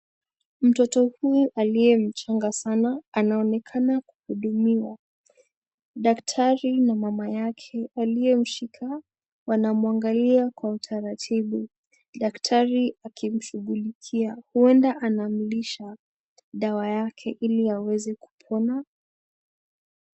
Mtoto huyu aliyemchanga sana, anaonekana kuhudumiwa, daktari na mama yake aliye mshika, anamwangalia kwa utaratibu, daktari akimshughulikia, huenda anamlisha dawa yake ili aweze kupona.